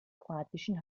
kroatischen